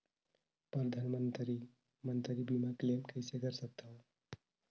परधानमंतरी मंतरी बीमा क्लेम कइसे कर सकथव?